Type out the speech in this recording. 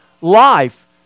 life